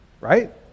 right